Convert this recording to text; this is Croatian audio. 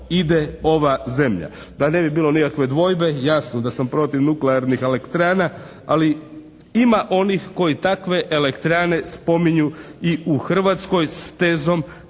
ide ova zemlja? Da ne bi bilo nikakve dvojbe, jasno da sam protiv nuklearnih elektrana, ali ima onih koji takve elektrane spominju i u Hrvatskoj s tezom da